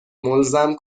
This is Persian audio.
ملزم